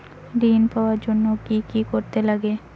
ঋণ পাওয়ার জন্য কি কি করতে লাগে?